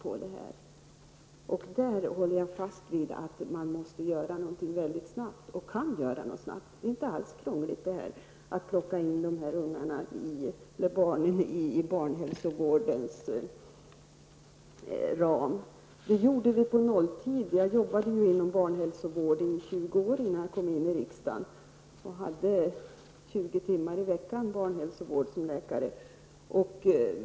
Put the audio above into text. Jag håller alltså fast vid att något måste göras väldigt snabbt och att det också är möjligt att göra något snabbt. Det är inte alls krångligt att plocka in dessa barn inom barnhälsovårdens ram. Jag jobbade inom barnhälsovården i 20 år innan jag kom in i riksdagen och arbetade då som läkare med barnhälsovård 20 timmar i veckan.